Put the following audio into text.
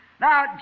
Now